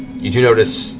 you do notice,